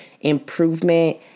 improvement